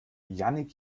jannick